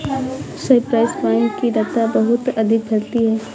Cyprus vine की लता बहुत अधिक फैलती है